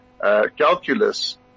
calculus